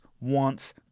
wants